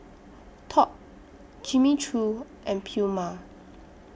Top Jimmy Choo and Puma